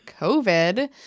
COVID